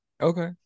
Okay